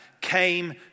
came